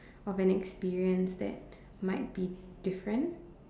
of an experience that might be different